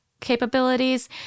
capabilities